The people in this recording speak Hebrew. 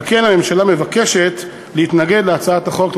על כן הממשלה מבקשת להתנגד להצעת החוק.